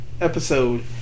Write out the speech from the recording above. episode